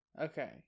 Okay